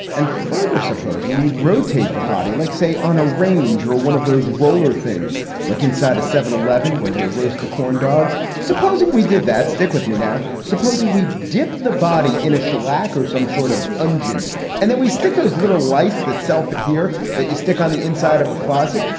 and further, supposing we rotate the body, let's like say, on a range or one of those roller things like inside a seven eleven where they roast the corn dogs. supposing we did that. stick with me now. supposing we dip the body in a shellac or some sort of engined and then we stick those little lights, that self here that you stick on the inside of a closet.